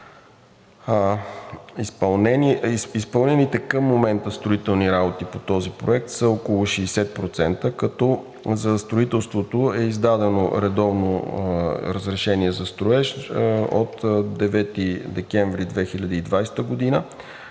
Изпълнените към момента строителни работи по този проект са около 60%, като за строителството е издадено редовно разрешение за строеж от 9 декември 2020 г.